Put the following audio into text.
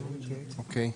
אוקיי.